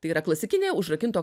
tai yra klasikinė užrakinto